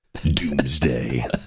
Doomsday